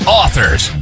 authors